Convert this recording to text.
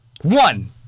One